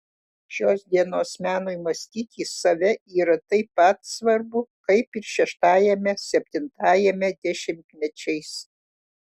šios dienos menui mąstyti save yra taip pat svarbu kaip ir šeštajame septintajame dešimtmečiais